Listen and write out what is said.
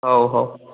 ହେଉ ହେଉ